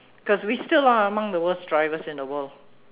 cause we still are among the worst drivers in the world